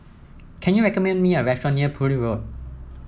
can you recommend me a restaurant near Poole Road